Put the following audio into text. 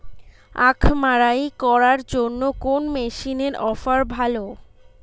আখ মাড়াই করার জন্য কোন মেশিনের অফার ভালো?